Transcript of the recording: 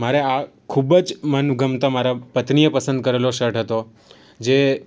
મારે આ ખૂબ જ મનગમતો મારા પત્નીએ પસંદ કરેલો શર્ટ હતો જે